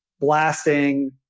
blasting